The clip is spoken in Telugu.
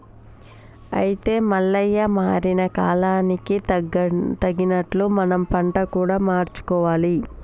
అయితే మల్లయ్య మారిన కాలానికి తగినట్లు మనం పంట కూడా మార్చుకోవాలి